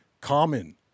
common